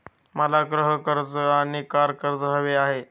मला गृह कर्ज आणि कार कर्ज हवे आहे